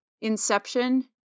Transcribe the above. Inception